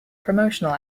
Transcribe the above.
promotional